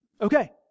Okay